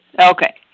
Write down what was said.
okay